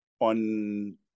on